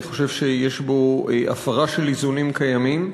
אני חושב שיש בו הפרה של איזונים קיימים.